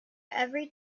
every